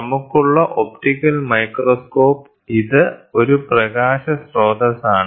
നമുക്കുള്ള optical microscope ഇത് ഒരു പ്രകാശ സ്രോതസ്സാണ്